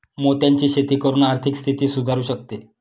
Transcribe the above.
मोत्यांची शेती करून आर्थिक स्थिती सुधारु शकते